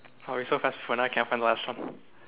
oh we so fast but now can't find the last one